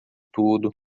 tudo